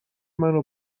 منو